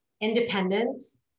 independence